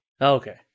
Okay